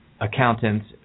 accountants